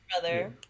brother